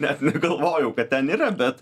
net negalvojau kad ten yra bet